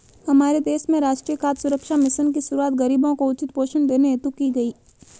हमारे देश में राष्ट्रीय खाद्य सुरक्षा मिशन की शुरुआत गरीबों को उचित पोषण देने हेतु की गई